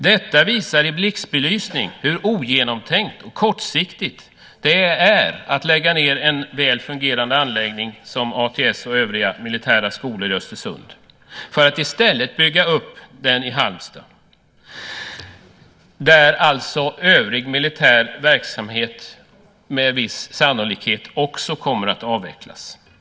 Detta visar i blixtbelysning hur ogenomtänkt och kortsiktigt det är att lägga ned en väl fungerande anläggning som ATS och övriga militära skolor i Östersund för att i stället bygga upp den i Halmstad där övrig militär verksamhet med viss sannolikhet också kommer att avvecklas.